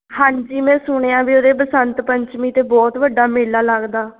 ਹਾਂਜੀ ਮੈਂ ਸੁਣਿਆ ਵੀ ਉਰੇ ਬਸੰਤ ਪੰਚਮੀ 'ਤੇ ਬਹੁਤ ਵੱਡਾ ਮੇਲਾ ਲੱਗਦਾ